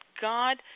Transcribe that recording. God